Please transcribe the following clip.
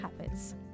habits